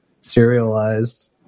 serialized